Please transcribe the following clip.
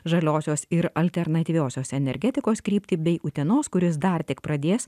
žaliosios ir alternatyviosios energetikos kryptį bei utenos kuris dar tik pradės